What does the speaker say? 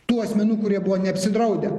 tų asmenų kurie buvo neapsidraudę